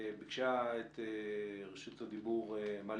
ביקשה את רשות הדיבור מלי